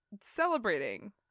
celebrating